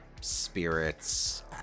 spirits